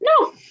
No